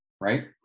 right